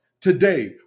today